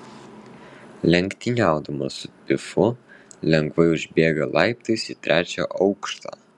lenktyniaudamas su pifu lengvai užbėga laiptais į trečią aukštą